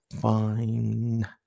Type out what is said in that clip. fine